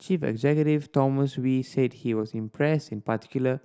chief executive Thomas Wee said he was impressed in particular